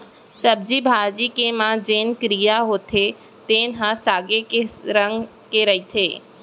सब्जी भाजी के म जेन कीरा होथे तेन ह सागे के रंग के रहिथे